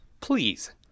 Please